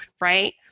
Right